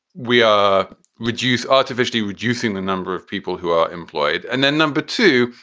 we are reduced, artificially reducing the number of people who are employed. and then number two,